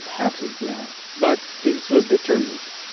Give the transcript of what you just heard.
absolutely not but pilz was determined.